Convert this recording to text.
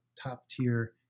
top-tier